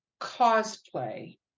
cosplay